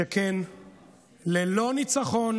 שכן ללא ניצחון